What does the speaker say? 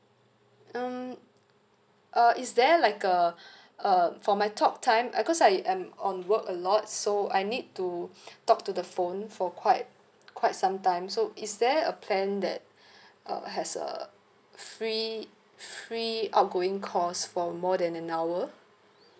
um uh is there like uh uh for my talk time uh cause I I'm on work a lot so I need to talk to the phone for quite quite some time so is there a plan that uh has uh free free outgoing calls for more than an hour